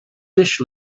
dish